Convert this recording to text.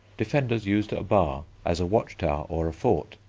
defenders used a bar as a watch-tower or a fort.